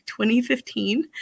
2015